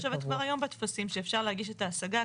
אני חושבת כבר היום בטפסים שאפשר להגיש את ההשגה,